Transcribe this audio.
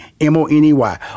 M-O-N-E-Y